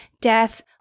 Death